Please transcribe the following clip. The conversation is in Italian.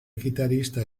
chitarrista